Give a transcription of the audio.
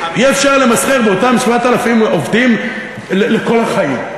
אי-אפשר למסחר באותם 7,000 עובדים לכל החיים.